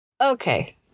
Okay